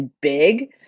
big